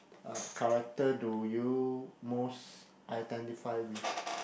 uh character do you most identify with